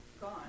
gone